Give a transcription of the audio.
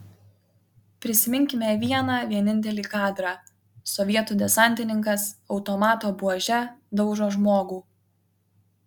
prisiminkime vieną vienintelį kadrą sovietų desantininkas automato buože daužo žmogų